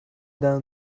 down